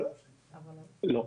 לא.